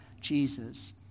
Jesus